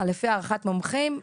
לפי הערכת מומחים,